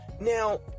Now